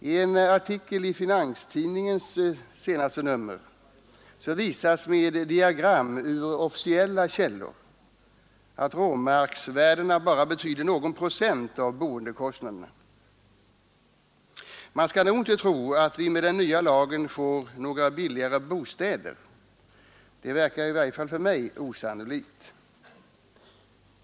I en artikel i finanstidningens senaste nummer visas med diagram ur officiella källor att råmarksvärdena betyder endast någon procent av boendekostnaderna. Man skall nog inte tro att vi med den nya lagen får några billigare bostäder, det verkar i varje fall för mig osannolikt.